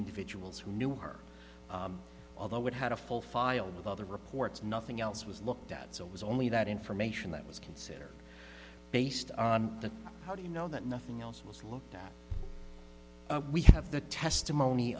individuals who knew her although it had a full file with other reports nothing else was looked at so it was only that information that was considered based on that how do you know that nothing else was looked at we have the testimony